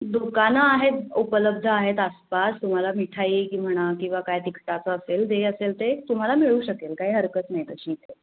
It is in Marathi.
दुकानं आहेत उपलब्ध आहेत आसपास तुम्हाला मिठाई म्हणा किंवा काय तिखटाचं असेल जे असेल ते तुम्हाला मिळू शकेल काही हरकत नाही तशी इथे